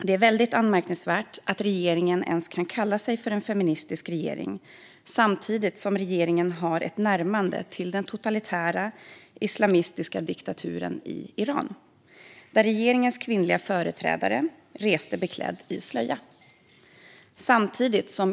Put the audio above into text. Det är anmärkningsvärt att regeringen ens kan kalla sig feministisk samtidigt som den gör ett närmande till den totalitära, islamistiska diktaturen i Iran när regeringens kvinnliga företrädare reser dit klädd i slöja.